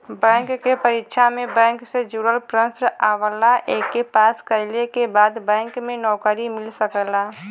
bank के परीक्षा में बैंक से जुड़ल प्रश्न आवला एके पास कइले के बाद बैंक में नौकरी मिल सकला